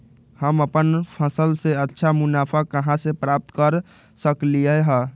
हम अपन फसल से अच्छा मुनाफा कहाँ से प्राप्त कर सकलियै ह?